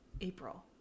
April